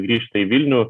grįžta į vilnių